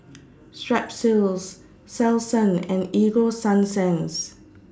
Strepsils Selsun and Ego Sunsense